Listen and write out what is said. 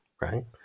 Right